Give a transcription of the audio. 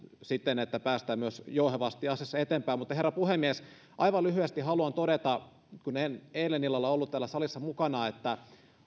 sitä että päästään myös jouhevasti asiassa eteenpäin mutta herra puhemies aivan lyhyesti haluan todeta kun en eilen illalla ollut täällä salissa mukana että